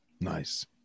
nice